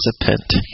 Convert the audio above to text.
participant